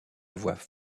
voix